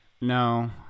No